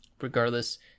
regardless